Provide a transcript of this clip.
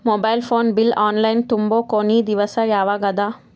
Mobile phone bill online ತುಂಬೊ ಕೊನಿ ದಿವಸ ಯಾವಗದ?